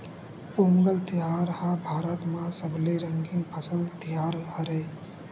पोंगल तिहार ह भारत म सबले रंगीन फसल तिहार हरय